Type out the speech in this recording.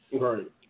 Right